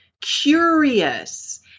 curious